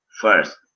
first